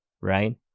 right